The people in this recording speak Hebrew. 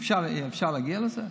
אפשר להגיע לזה?